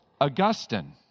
Augustine